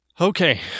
Okay